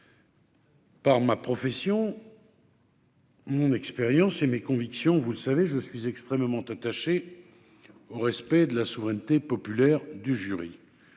Par ma profession. Mon expérience et mes convictions, vous savez, je suis extrêmement attaché au respect de la souveraineté populaire du jury,